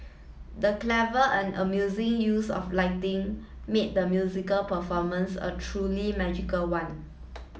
the clever and amusing use of lighting made the musical performance a truly magical one